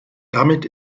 damit